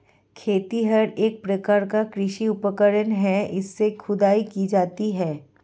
खेतिहर एक प्रकार का कृषि उपकरण है इससे खुदाई की जाती है